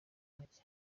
make